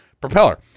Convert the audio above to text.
propeller